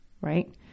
right